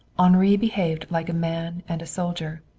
henri behaved like a man and a soldier.